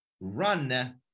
run